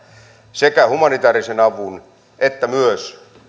sekä humanitäärisen avun että myös